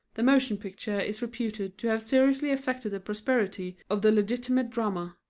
the motion picture is reputed to have seriously affected the prosperity of the legitimate drama,